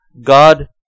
God